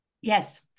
Yes